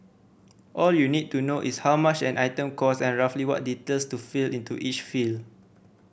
all you need to know is how much an item cost and roughly what details to fill into each field